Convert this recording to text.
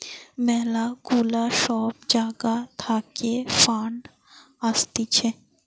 ম্যালা গুলা সব জাগা থাকে ফান্ড আসতিছে